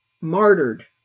martyred